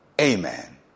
Amen